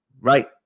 right